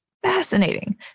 fascinating